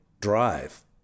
drive